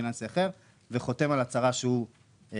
פיננסי אחר וחותם על הצהרה שהוא צרפתי.